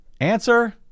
Answer